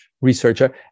researcher